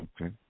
Okay